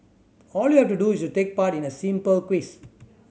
all you have to do is take part in a simple quiz